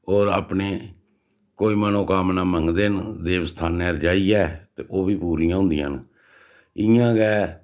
होर अपने कोई मनोकामना मंगदे न देव स्थानें पर जाइयै ते ओह् बी पूरियां होंदियां न इ'यां गै